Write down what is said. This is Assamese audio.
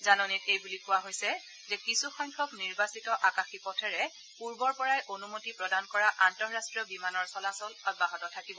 জাননীত এইবুলি কোৱা হৈছে যে কিছুসংখ্যক নিৰ্বাচিত আকাশী পথেৰে পূৰ্বৰ পৰাই অনুমতি প্ৰদান কৰা আন্তঃৰাষ্ট্ৰীয় বিমানৰ চলাচল অব্যাহত থাকিব